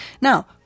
Now